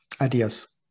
ideas